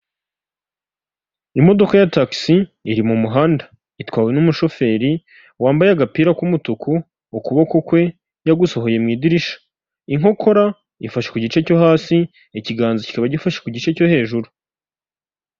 Imodoka ya tagisi iri mu muhanda itwawe n'umushoferi wambaye agapira k'umutuku ukuboko kwe yagusohoye mu idirishya, inkokora ifashe ku gice cyo hasi, ikiganza cyikaba gifashe ku gice cyo hejuru.